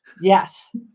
Yes